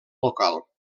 local